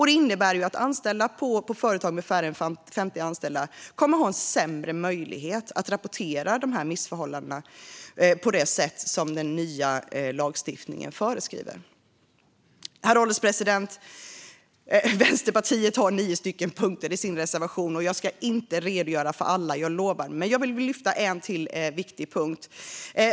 Det innebär att anställda på företag med färre än 50 anställda kommer att ha sämre möjligheter att rapportera missförhållandena på det sätt den nya lagstiftningen föreskriver. Herr ålderspresident! Vänsterpartiet har nio punkter i sin reservation, och jag lovar att inte redogöra för alla. Men jag vill lyfta fram en till viktig punkt.